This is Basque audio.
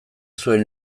zuen